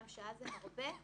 גם שעה זה הרבה,